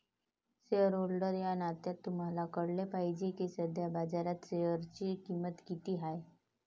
shareholder या नात्याने तुम्हाला कळले पाहिजे की सध्या बाजारात शेअरची किंमत किती आहे